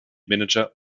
manager